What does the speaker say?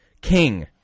king